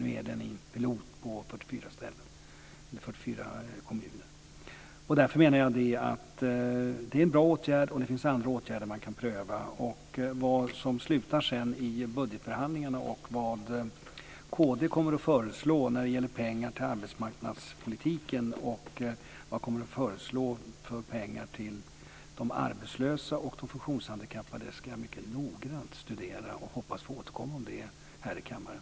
Nu finns den som pilotåtgärd i 44 kommuner. Jag menar att detta är en bra åtgärd, och det finns också andra åtgärder som man kan pröva. Vad budgetförhandlingarna slutar i, och vad kd kommer att föreslå när det gäller pengar till arbetsmarknadspolitiken, till de arbetslösa och de funktionshandikappade ska jag mycket noggrant studera. Jag hoppas få återkomma om det här i kammaren.